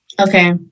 Okay